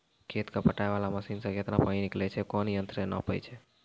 खेत कऽ पटाय वाला मसीन से केतना पानी निकलैय छै कोन यंत्र से नपाय छै